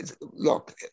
look